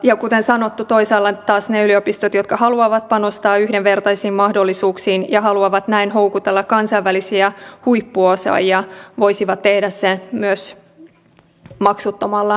ja kuten sanottu toisaalta taas ne yliopistot jotka haluavat panostaa yhdenvertaisiin mahdollisuuksiin ja haluavat näin houkutella kansainvälisiä huippuosaajia voisivat tehdä sen myös maksuttomalla koulutuksella